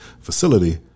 facility